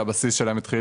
שהבסיס שלהם התחיל